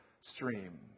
stream